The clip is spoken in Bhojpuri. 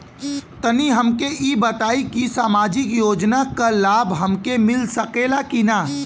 तनि हमके इ बताईं की सामाजिक योजना क लाभ हमके मिल सकेला की ना?